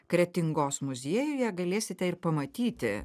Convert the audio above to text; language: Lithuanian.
kretingos muziejuje galėsite ir pamatyti